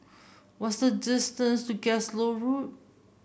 what's the distance to Road